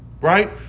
right